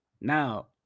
Now